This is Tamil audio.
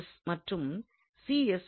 மற்றும் உள்ளது